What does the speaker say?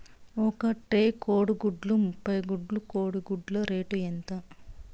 ఒక ట్రే కోడిగుడ్లు ముప్పై గుడ్లు కోడి గుడ్ల రేటు ఎంత?